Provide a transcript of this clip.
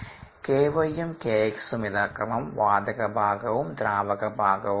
Ky ഉം Kx ഉം യഥാക്രമം വാതക ഭാഗവും ദ്രാവക ഭാഗവും ആണ്